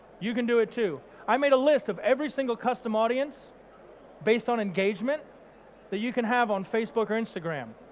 you can do it too. i made a list of every single custom audience based on engagement that you can have on facebook or instagram.